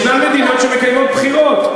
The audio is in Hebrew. ישנן מדינות שמקיימות בחירות.